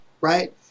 right